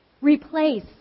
replace